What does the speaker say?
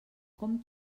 com